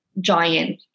giant